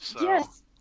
Yes